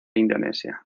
indonesia